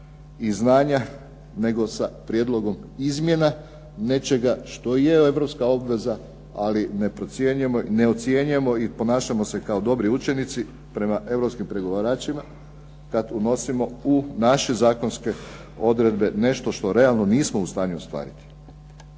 i znanja nego sa prijedlogom izmjena nečega što je europska obveza, ali ne ocjenjujemo i ponašamo se kao dobri učenici prema europskim pregovaračima kad unosimo u naše zakonske odredbe nešto što realno nismo u stanju ostvariti.